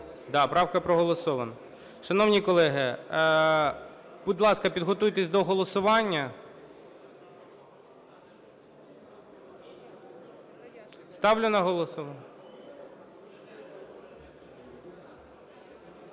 правка проголосована. Шановні колеги, будь ласка, підготуйтесь до голосування. Ставлю на голосування...